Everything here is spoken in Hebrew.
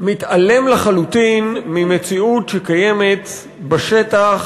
מתעלם לחלוטין ממציאות שקיימת בשטח,